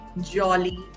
jolly